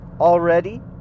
already